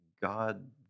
God